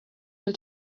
will